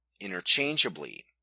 interchangeably